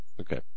Okay